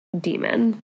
demon